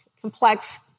complex